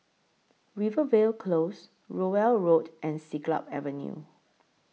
Rivervale Close Rowell Road and Siglap Avenue